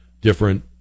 different